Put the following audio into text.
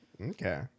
Okay